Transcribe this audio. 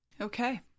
Okay